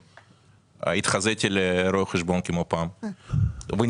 התחזיתי לרואה חשבון כפי שהייתי פעם.